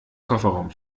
kofferraum